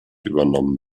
übernommen